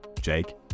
Jake